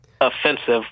offensive